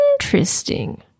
Interesting